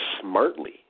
smartly